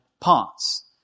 parts